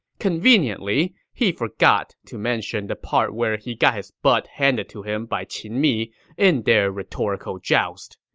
conveniently, he forgot to mention the part where he got his butt handed to him by qin mi in their rhetorical joust.